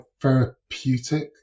therapeutic